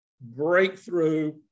breakthrough